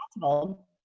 possible